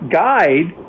guide